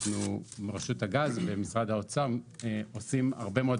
רשות הגז ומשרד האוצר עושים הרבה מאוד